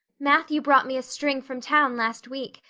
matthew brought me a string from town last week,